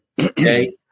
okay